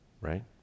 right